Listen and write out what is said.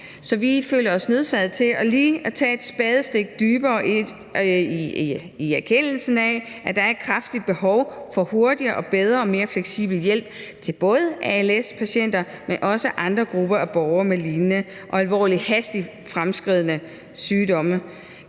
Så vi føler os nødsaget til lige at gå et spadestik dybere – i erkendelsen af, at der er et kraftigt behov for hurtigere, bedre og mere fleksibel hjælp til både als-patienter, men også andre grupper af borgere med lignende alvorlige og hastigt fremadskridende sygdomme;